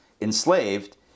enslaved